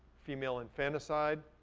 female infanticide,